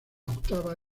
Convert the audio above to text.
octava